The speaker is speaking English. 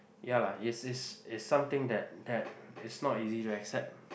ya lah is is is something that that is not easy to accept